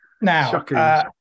Now-